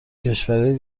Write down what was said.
کشورای